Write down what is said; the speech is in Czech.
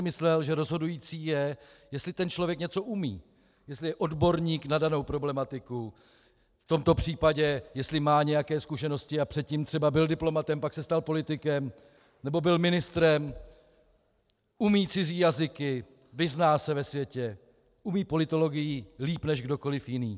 Myslel jsem si, že rozhodující je, jestli ten člověk něco umí, jestli je odborník na danou problematiku, v tomto případě jestli má nějaké zkušenosti a předtím třeba byl diplomatem, pak se stal politikem, nebo byl ministrem, umí cizí jazyky, vyzná se ve světě, umí politologii líp než kdokoli jiný.